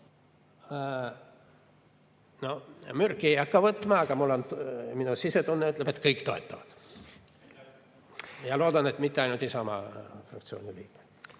No mürki ei hakka võtma, aga minu sisetunne ütleb, et kõik toetavad. Ja loodan, et mitte ainult Isamaa fraktsiooni liikmed.